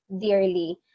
dearly